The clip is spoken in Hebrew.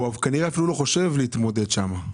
הוא כנראה אפילו לא חושב להתמודד שם.